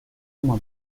uma